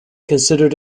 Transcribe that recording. considered